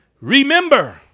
Remember